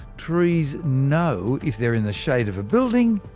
trees know if they're in the shade of a building,